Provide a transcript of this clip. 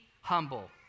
humble